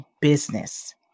business